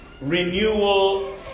renewal